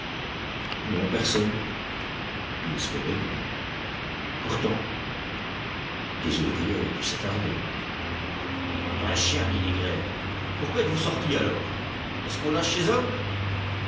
non personne il l'espérait du moins pourtant des ouvriers avaient pu s'attarder mais nom d'un chien dit négrel pourquoi êtes-vous sorti alors est-ce qu'on lâche ses